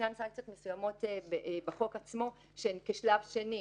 ישנן סנקציות מסוימות בחוק עצמו שהן כשלב שני.